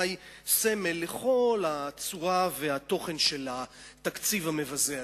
סמל לכל הצורה והתוכן של התקציב המבזה הזה.